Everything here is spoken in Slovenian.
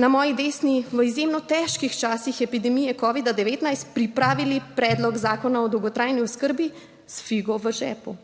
na moji desni, v izjemno težkih časih epidemije covida-19 pripravili predlog zakona o dolgotrajni oskrbi s figo v žepu,